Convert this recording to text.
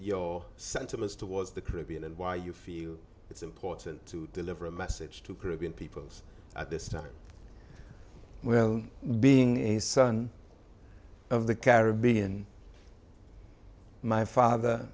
your sentiments towards the caribbean and why you feel it's important to deliver a message to caribbean peoples at this time well being a son of the caribbean my father